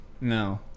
No